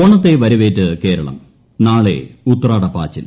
ഓണത്തെ വരവേറ്റ് കേരള്ം നാളെ ഉത്രാടപ്പാച്ചിൽ